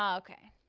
um okay,